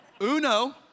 Uno